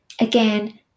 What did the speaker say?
again